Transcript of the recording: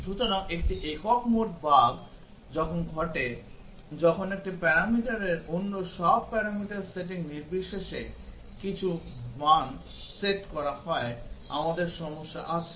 সুতরাং একটি একক মোড বাগ তখন ঘটে যখন একটি প্যারামিটাররের অন্য সব প্যারামিটার সেটিং নির্বিশেষে কিছু মান সেট করা হয় আমাদের সমস্যা আছে